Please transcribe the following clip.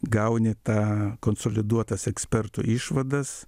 gauni tą konsoliduotas ekspertų išvadas